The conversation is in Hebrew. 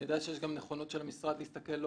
אני יודע שיש גם נכונות של המשרד להסתכל לא